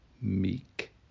meek